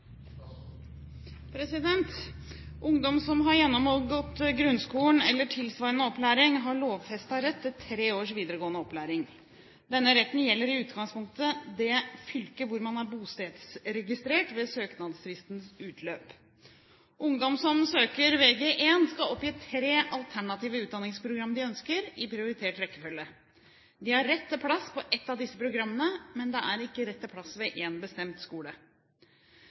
Ungdom som har gjennomgått grunnskolen eller tilsvarende opplæring, har lovfestet rett til tre års videregående opplæring. Denne retten gjelder i utgangspunktet det fylket hvor man er bostedsregistrert ved søknadsfristens utløp. Ungdom som søker Vg1, skal oppgi tre alternative utdanningsprogram de ønsker, i prioritert rekkefølge. De har rett til plass på ett av disse programmene, men det er ikke rett til plass ved én bestemt skole.